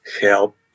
help